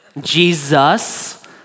Jesus